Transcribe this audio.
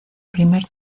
primer